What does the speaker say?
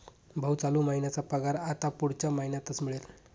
भाऊ, चालू महिन्याचा पगार आता पुढच्या महिन्यातच मिळेल